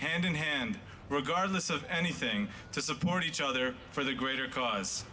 hand in hand regardless of anything to support each other for the greater cause